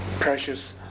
precious